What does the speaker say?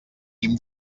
guim